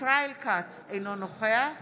ישראל כץ, אינו נוכח